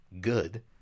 good